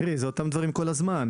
תראי, זה אותם דברים כל הזמן.